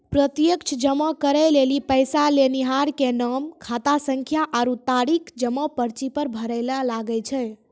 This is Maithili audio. प्रत्यक्ष जमा करै लेली पैसा लेनिहार के नाम, खातासंख्या आरु तारीख जमा पर्ची पर भरै लागै छै